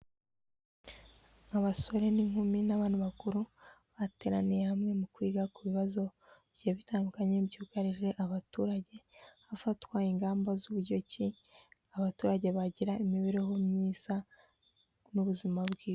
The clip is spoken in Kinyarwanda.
Abasore n'inkumi n'abantu bakuru, bateraniye hamwe mu kwiga ku bibazo bigiye bitandukanye byugarije abaturage, hafatwa ingamba z'uburyo ki, abaturage bagira imibereho myiza n'ubuzima bwiza.